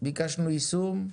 ביקשנו יישום,